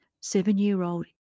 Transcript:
Seven-year-old